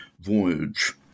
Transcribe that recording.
voyage